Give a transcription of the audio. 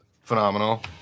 phenomenal